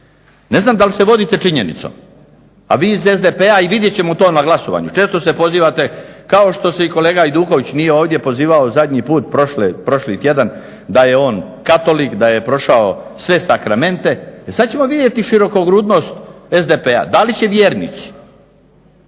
Ne znam da li se vodite činjenicom, a vi iz SDP-a i vidjet ćemo to na glasovanju često se pozivate kao što se i kolega Hajduković nije ovdje pozivao zadnji put prošli tjedan da je on Katolik, da je prošao sve sakramente. Sad ćemo vidjeti širokogrudnost SDP-a da li će vjernici